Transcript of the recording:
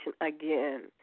again